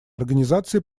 организации